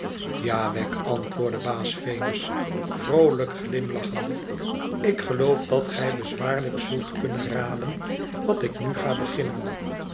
wegg antwoordde baas venus vroolijk glimlachende ik geloof dat gij bezwaarlijk zult kunnen raden wat ik nu ga beginnen